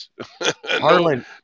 Harlan